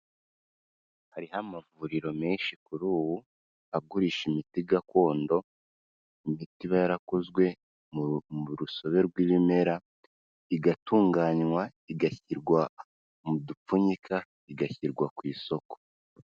Hariho amavuriro menshi kuri ubu agurisha imiti gakondo, imiti iba yarakozwe mu rusobe rw'ibimera, igatunganywa igashyirwa mu dupfunyika igashyirwa ku isoko.